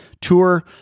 tour